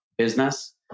business